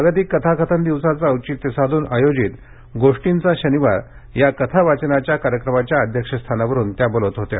जागतिक कथाकथन दिवसाचं औचित्य साधून आयोजित गोष्टींचा शनिवार या कथा वाचनाच्या कार्यक्रमाच्या अध्यक्षस्थानावरुन त्या बोलत होत्या